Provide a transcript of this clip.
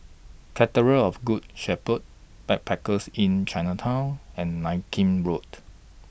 Cathedral of Good Shepherd Backpackers Inn Chinatown and Nankin Road